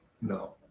no